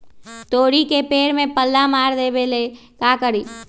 तोड़ी के पेड़ में पल्ला मार देबे ले का करी?